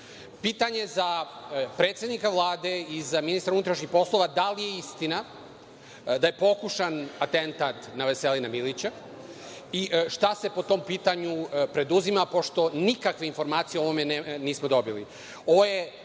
Pitanje za predsednika Vlade i za ministra unutrašnjih poslova je – da li je istina da je pokušan atentat na Veselina Milića i šta se po tom pitanju preduzima, pošto nikakve informacije o ovome nismo dobili?